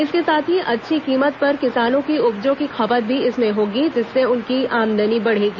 इसके साथ ही अच्छी कीमत पर किसानों की उपजों की खपत भी इनमें होगी जिससे उनकी आमदनी बढ़ेगी